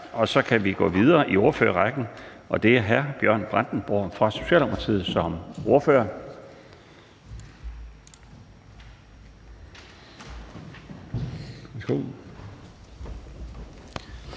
og så kan vi gå videre i ordførerrækken. Det er hr. Bjørn Brandenborg fra Socialdemokratiet som ordfører.